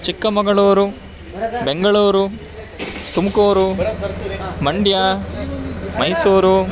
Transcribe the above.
Chikkamagaluru Bengaluru Tumakuru Mandya Mysuru